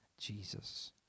Jesus